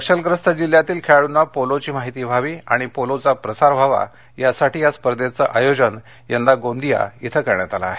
नक्षलग्रस्त जिल्ह्यातील खेळाडूना पोलोची माहिती व्हावी आणि पोलोचा प्रचार प्रसार व्हावा यासाठी या स्पर्धेचे आयोजन यंदा गोंदिया इथ करण्यात आले आहे